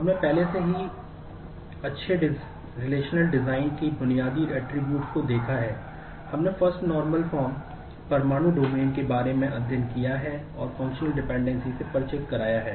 हमने पहले से ही अच्छे रिलेशनल से परिचित कराया है